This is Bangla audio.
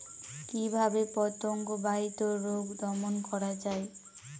কিভাবে পতঙ্গ বাহিত রোগ দমন করা যায়?